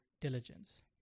diligence